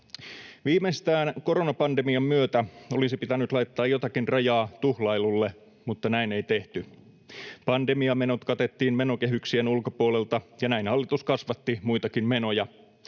Viimeistään koronapandemian myötä olisi pitänyt laittaa jotakin rajaa tuhlailulle, mutta näin ei tehty. Pandemiamenot katettiin menokehyksien ulkopuolelta, ja näin hallitus kasvatti muitakin menoja.